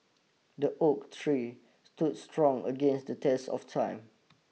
the oak tree stood strong against the test of time